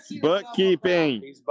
bookkeeping